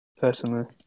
personally